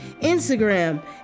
Instagram